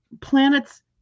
planets